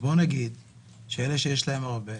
אלה שיש להם הרבה,